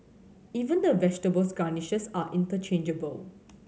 even the vegetables garnishes are interchangeable